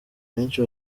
benshi